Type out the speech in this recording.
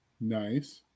Nice